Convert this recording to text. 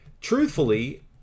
truthfully